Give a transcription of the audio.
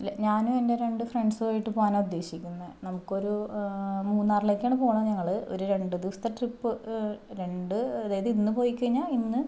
ഞാനും എൻ്റെ രണ്ടു ഫ്രണ്ട്സ് ആയിട്ട് പോകാനാണ് ഉദ്ദേശിക്കുന്നത നമുക്ക് ഒരു മൂന്നാറിലേക്കാണ് പോണെ ഞങ്ങൾ ഒരു രണ്ട് ദിവസത്തെ ട്രിപ്പ് രണ്ട് അതായത് ഇന്ന് പോയിക്കഴിഞ്ഞാൽ ഇന്ന്